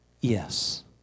Yes